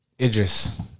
Idris